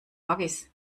waggis